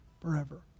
forever